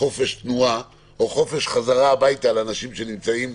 חופש תנועה או חופש חזרה הביתה לאנשים שנמצאים